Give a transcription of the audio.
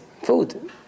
food